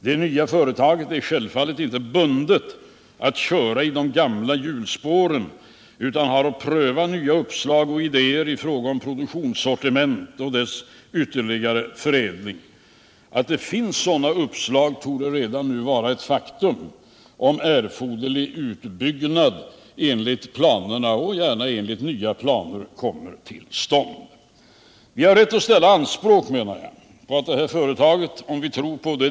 Det nya företaget är självfallet inte bundet vid att köra i de gamla hjulspåren, utan har att pröva nya uppslag och idéer i fråga om produktionssortiment och dess ytterligare förädling. Att det finns sådana uppslag torde redan nu vara ett faktum, om erforderlig utbyggnad enligt planerna — och gärna enligt nya planer - kommer till stånd. Jag menar att vi har rätt att ställa anspråk på det här företaget, om vi tror på det.